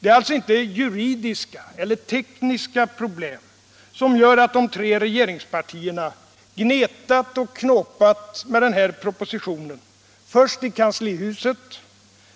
Det är alltså inte juridiska eller tekniska problem som gör att de tre regeringspartierna gnetat och knåpat med den här propositionen först i kanslihuset,